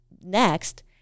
next